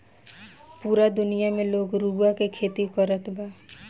पूरा दुनिया में लोग रुआ के खेती करत बा